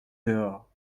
dehors